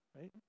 right